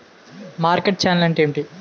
Market channel అంటే ఏమిటి?